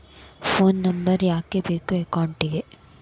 Phone number ಯಾಕೆ ಬೇಕು ಅಕೌಂಟಿಗೆ?